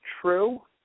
true